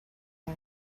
air